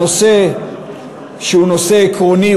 נושא שהוא נושא עקרוני,